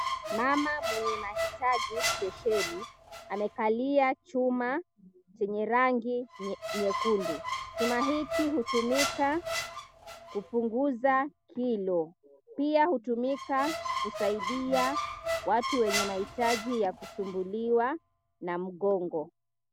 Mama mwenye mahitaji spesheli amekalia chuma chenye rangi nyekundu. Chuma hiki hutumika kupunguza kilo, pia hutumika kusaidia watu wenye mahitaji ya kusumbuliwa na mgongo.